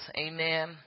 Amen